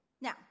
Now